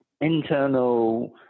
internal